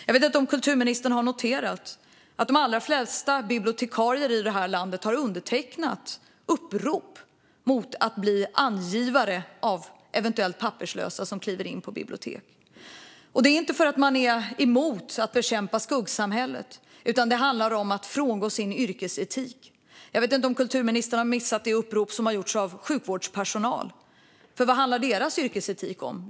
Jag vet inte om kulturministern har noterat att de allra flesta bibliotekarier i det här landet har undertecknat upprop mot att bli angivare av eventuella papperslösa som kliver in på biblioteken. Det är inte för att de är emot att bekämpa skuggsamhället, utan det handlar om att frångå sin yrkesetik. Jag vet inte om kulturministern har missat det upprop som har gjorts av sjukvårdspersonal. Vad handlar deras yrkesetik om?